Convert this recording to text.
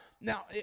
now